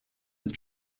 with